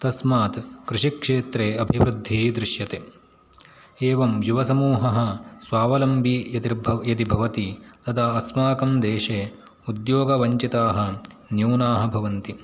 तस्मात् कृषिक्षेत्रे अभिवृद्धिः दृश्यते एवं युवसमूहः स्वावलम्बी यदिर् यदि भवति तदा अस्माकं देशे उद्योगवञ्चिताः न्यूनाः भवन्ति